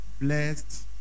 blessed